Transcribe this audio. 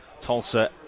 Tulsa